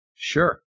Sure